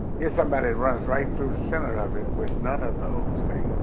here's somebody runs right through the center of it with none of those things.